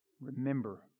remember